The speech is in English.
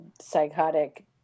psychotic